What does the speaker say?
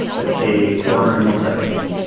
let's say, four hundred milliseconds,